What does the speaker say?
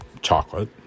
chocolate